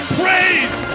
praise